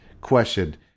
question